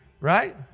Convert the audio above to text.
right